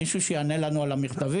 מישהו שיענה לנו על המכתבים,